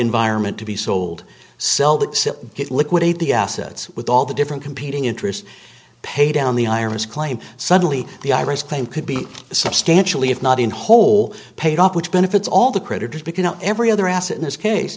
environment to be sold sell that get liquidate the assets with all the different competing interests pay down the ira's claim suddenly the ira's claim could be substantially if not in whole paid off which benefits all the creditors because every other asset in this case